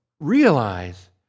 realize